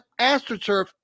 AstroTurf